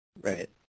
Right